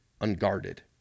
unguarded